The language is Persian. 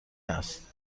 است